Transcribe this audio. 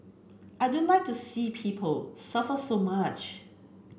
I don't like to see people suffer so much